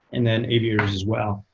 and then aviators as well.